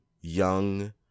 young